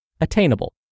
attainable